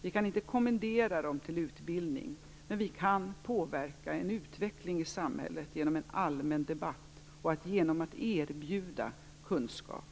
Vi kan inte kommendera dem till utbildning, men vi kan påverka en utveckling i samhället genom en allmän debatt och genom att erbjuda kunskap.